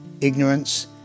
ignorance